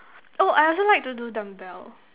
oh I also like to do dumbbell